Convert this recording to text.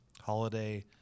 Holiday